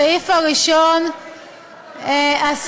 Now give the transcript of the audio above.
אין דבר כזה, זה צריך לעלות מחדש.